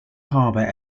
harbour